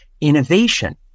innovation